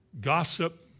gossip